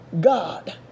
God